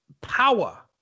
power